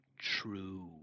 true